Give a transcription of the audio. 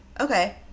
Okay